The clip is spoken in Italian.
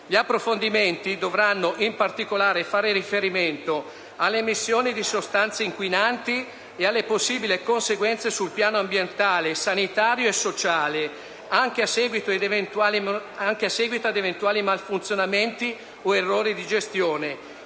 Gli approfondimenti dovranno in particolare fare riferimento: alle emissioni di sostanze inquinanti e alle possibili conseguenze sul piano ambientale, sanitario e sociale, anche a seguito ad eventuali malfunzionamenti o errori di gestione